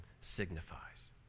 signifies